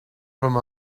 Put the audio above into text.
from